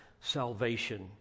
salvation